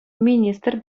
министр